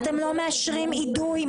אתם לא מאשרים אידוי,